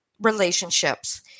relationships